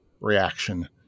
reaction